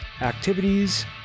activities